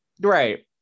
right